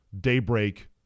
daybreak